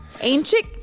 ancient